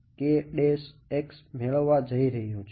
હું મેળવવા જઈ રહ્યો છું